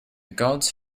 gods